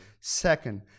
Second